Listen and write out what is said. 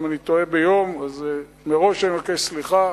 אם אני טועה ביום אז מראש אני מבקש סליחה.